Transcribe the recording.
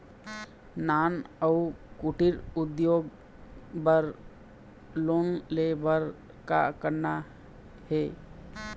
नान अउ कुटीर उद्योग बर लोन ले बर का करना हे?